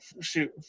Shoot